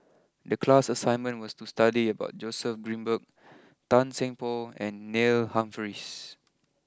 the class assignment was to study about Joseph Grimberg Tan Seng Poh and Neil Humphreys